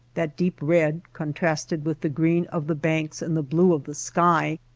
that deep red contrasted with the green of the banks and the blue of the sky,